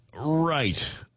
Right